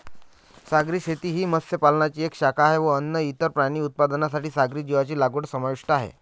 सागरी शेती ही मत्स्य पालनाची एक शाखा आहे व अन्न, इतर प्राणी उत्पादनांसाठी सागरी जीवांची लागवड समाविष्ट आहे